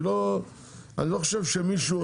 אני לא חושב שמישהו,